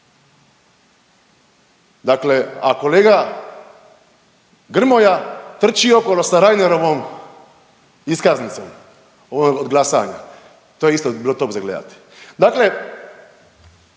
Dakle, a kolega Grmoja trči okolo sa Reinerovom iskaznicom od glasanja. To je isto bilo top za gledati. Dakle,